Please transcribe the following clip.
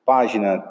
Página